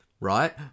right